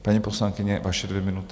Paní poslankyně, vaše dvě minuty.